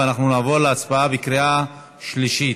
ואנחנו נעבור להצבעה בקריאה שלישית.